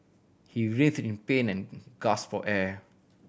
he writhe in pain and gasp for air